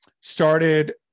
started